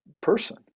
person